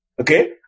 okay